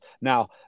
Now